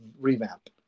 revamp